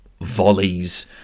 volleys